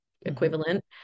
equivalent